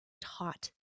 taught